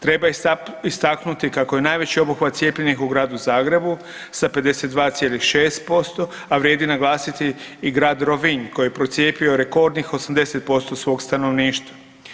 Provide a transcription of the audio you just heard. Treba istaknuti kako je najveći obuhvat cijepljenih u gradu Zagrebu sa 52,6% a vrijedi naglasiti i grad Rovinj koji je procijepio rekordnih 80% svog stanovništva.